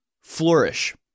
flourish